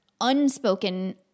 unspoken